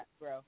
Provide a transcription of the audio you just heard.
bro